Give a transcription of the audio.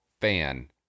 fan